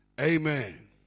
Amen